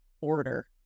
order